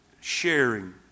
sharing